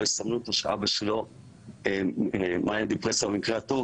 יסמנו אותו מאניה דיפרסיה במקרה הטוב,